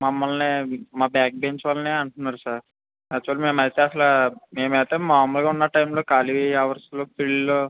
మమ్మల్ని మా back bench వాళ్ళనే అంటున్నారు సార్ యాక్చువల్లీ మేమైతే అసలు మేమైతే మామూలు ఉన్న టైమ్లో ఖాళీ అవర్స్లో పిరియడ్లో